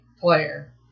player